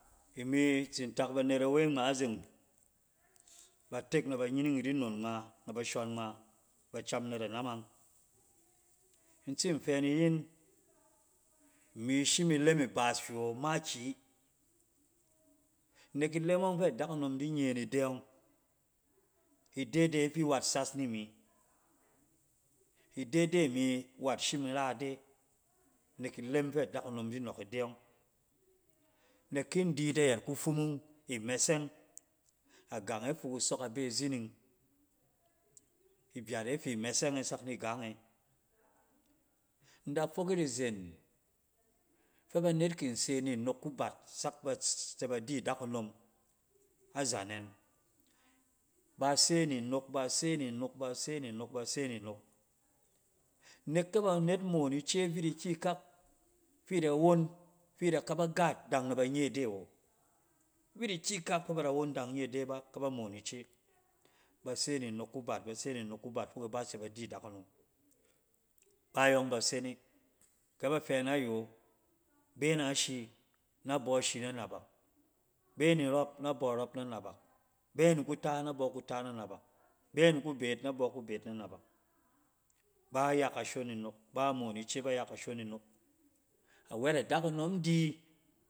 Imi tsin tak banet awe ngma zeng, batek na banyining mi di nnon ngma, na bashɔn ngma, bacam na na namang. In tsin fɛ ni yin, imi shim ilem ibaas hywɛ wo makiyi. Nek ilem ɔng fɛ dakunom di nye ni ide ɔng. Ide de bi wat sas ni mi, ide de mi wat shim ira ide nek ilem fa dakunom di nɔk ide ɔng. nek kin di yit ayɛt kufumung imɛsɛng, agange fi kusɔk abe zining ibyat e ifi mɛssɛng e sak ni gang e, in da fok yit izen fa banet kin se ni nok kubat sak bats-ba di dakunom azanɛn. Base ni nok, base ni nok kubat, ba se ni nok kubat fok iba tsɛ ba di dakunom. Ba yɔng ba se ne, kɛ ba fɛ nayo be na shi na bɔ shi na nabak, be ni rɔb na bɔ rɔb na nabak be ni kuta, na bɔ kuta na nabak, be ni kubeet, na bɔ kubeet na nabak. Ba yakashon ni nok, ba moon ice ba ya kashon ni nok. A wɛt adakunom di